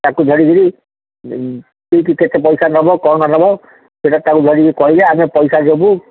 ତାକୁ ଧରିକରି କି କି କେତେ ପଇସା ନେବ କ'ଣ ନେବ ସେଇଟା ତାକୁ ଧରିକି କହିଲେ ଆମେ ପଇସା ଦେବୁ